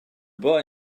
boy